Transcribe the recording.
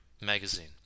Magazine